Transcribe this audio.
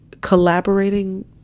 Collaborating